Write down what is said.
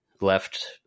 left